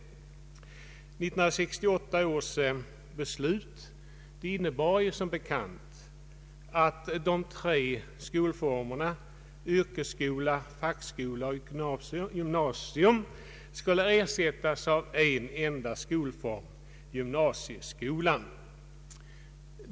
1968 års beslut innebar som bekant att de tre skolreformerna yrkesskola, fackskola och gymnasium skulle ersättas av en enda skolform — gymnasieskolan.